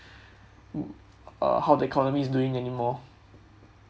uh how the economy is doing anymore